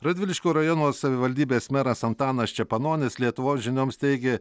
radviliškio rajono savivaldybės meras antanas čepanonis lietuvos žinioms teigė